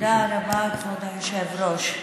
תודה רבה, כבוד היושב-ראש.